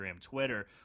Twitter